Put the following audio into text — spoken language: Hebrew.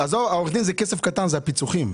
העורך דין זה כסף קטן והפיצוחים.